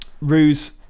Ruse